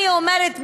אני אומרת,